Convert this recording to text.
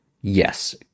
Yes